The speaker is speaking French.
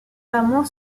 hameau